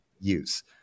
use